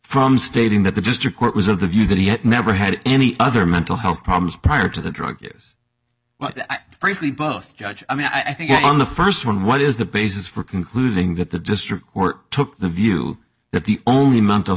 from stating that the district court was of the view that he had never had any other mental health problems prior to the drug use briefly both judge i mean i think on the st one what is the basis for concluding that the district court took the view that the only mental